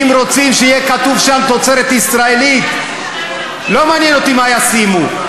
אם רוצים שיהיה כתוב שם "תוצרת ישראלית" לא מעניין אותי מה ישימו,